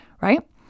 right